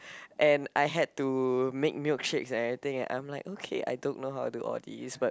and I had to make milkshakes and everything and I'm like I don't know how to do all these but